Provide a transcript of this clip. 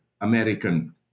American